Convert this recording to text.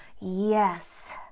Yes